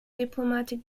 diplomatic